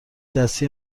دستی